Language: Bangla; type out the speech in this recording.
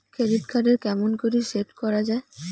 ক্রেডিট কার্ড এর পিন কেমন করি সেট করা য়ায়?